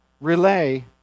relay